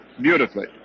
beautifully